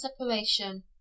separation